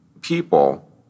people